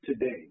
today